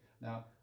now